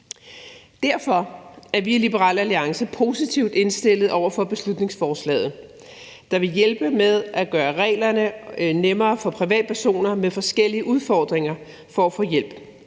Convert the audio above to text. Derfor er vi i Liberal Alliance positivt indstillet over for beslutningsforslaget, der vil hjælpe med at gøre det nemmere for privatpersoner med forskellige udfordringer at få hjælp.